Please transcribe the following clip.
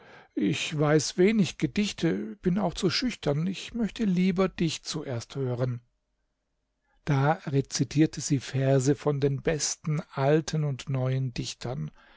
ich weiß wenig gedichte bin auch zu schüchtern ich möchte lieber dich zuerst hören da rezitierte sie verse von den besten alten und neuen dichtem